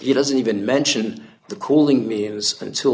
he doesn't even mention the cooling me as until